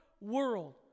world